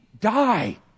die